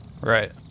Right